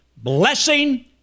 Blessing